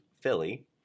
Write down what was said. Philly